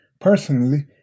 personally